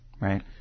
right